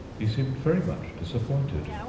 he seemed very much disappointed.